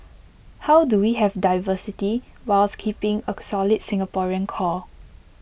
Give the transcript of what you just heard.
how do we have diversity whilst keeping A solid Singaporean core